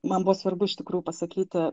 man buvo svarbu iš tikrų pasakyti